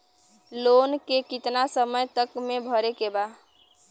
Loan के कितना समय तक मे भरे के बा?